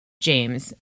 James